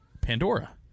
pandora